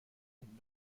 and